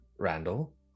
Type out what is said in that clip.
Randall